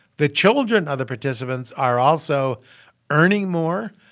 the children of the participants are also earning more.